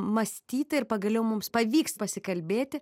mąstyti ir pagaliau mums pavyks pasikalbėti